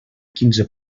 quinze